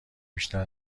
بیشتر